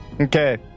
Okay